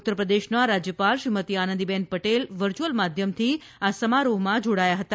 ઉત્તરપ્રદેશના રાજ્યપાલ શ્રીમતી આનંદીબેન પટેલ વર્ચ્યુઅલ માધ્યમથી આ સમારોહમાં જોડાયા હતા